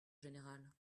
général